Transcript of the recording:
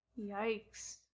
Yikes